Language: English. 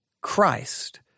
Christ